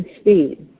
speed